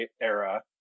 era